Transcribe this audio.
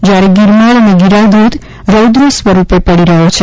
જ્યારે ગિરમાળ અને ગીરાધોધ રૌદ્ર સ્વરૂપે પડી રહ્યો છે